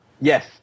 Yes